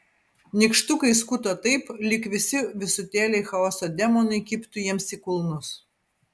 nykštukai skuto taip lyg visi visutėliai chaoso demonai kibtų jiems į kulnus